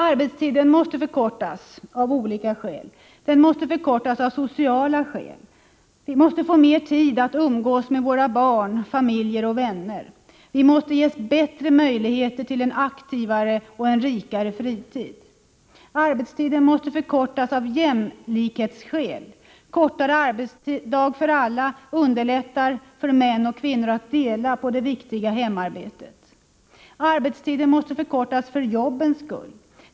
Arbetstiden måste förkortas, av olika skäl. Den måste förkortas av t.ex. sociala skäl. Vi måste få mera tid att umgås med våra barn, familjer och vänner. Vi måste ges bättre möjligheter till en aktivare och rikare fritid. Vidare måste arbetstiden förkortas av jämlikhetsskäl. Kortare arbetsdag för alla underlättar för män och kvinnor att dela på det viktiga hemarbetet. Arbetstiden måste dessutom förkortas för jobbens skull.